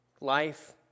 life